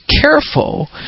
careful